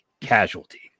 Casualty